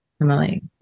Emily